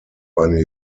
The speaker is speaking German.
eine